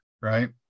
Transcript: Right